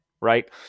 right